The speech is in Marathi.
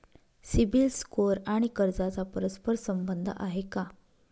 सिबिल स्कोअर आणि कर्जाचा परस्पर संबंध आहे का?